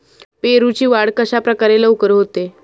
पेरूची वाढ कशाप्रकारे लवकर होते?